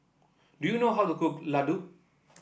do you know how to cook Laddu